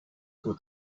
two